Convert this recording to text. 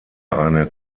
eine